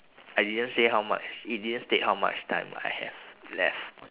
I didn't say how much it didn't state how much time I have left